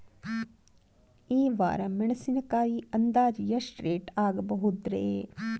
ಈ ವಾರ ಮೆಣಸಿನಕಾಯಿ ಅಂದಾಜ್ ಎಷ್ಟ ರೇಟ್ ಆಗಬಹುದ್ರೇ?